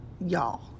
y'all